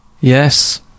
yes